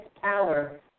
power